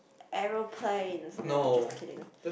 aeroplanes no just kidding